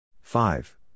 five